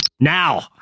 Now